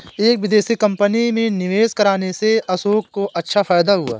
एक विदेशी कंपनी में निवेश करने से अशोक को अच्छा फायदा हुआ